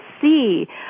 see